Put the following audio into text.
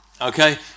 okay